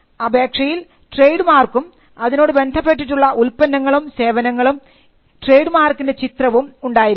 അപേക്ഷയിൽ ട്രേഡ് മാർക്കും അതിനോട് ബന്ധപ്പെട്ടിട്ടുള്ള ഉൽപ്പന്നങ്ങളും സേവനങ്ങളും ട്രേഡ് മാർക്കിൻറെ ചിത്രവും ഉണ്ടായിരിക്കണം